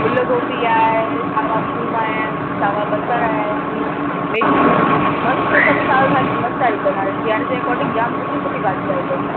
गुल गोभी आहे सावा थूम आयां आहिनि सावा बसर आयां आहिनि मेथी मस्तु सभु साओ भाॼी मस्तु आहियूं अथनि हाणे सियारे जे अकॉडिंग जाम सुठी सुठी भाॼियूं आहियूं अथव